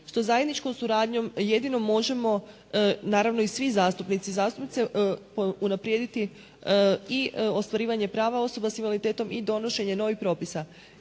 što zajedničkom suradnjom jedino možemo, naravno i svi zastupnice i zastupnici unaprijediti i ostvarivanje prava osoba s invaliditetom i donošenje novih propisa